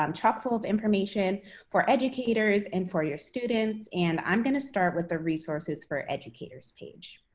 um chock-full of information for educators and for your students, and i'm going to start with the resources for educators page.